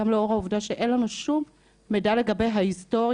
גם לאור העובדה שאין לנו שום מידע ממשי לגבי ההיסטוריה,